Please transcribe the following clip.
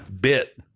bit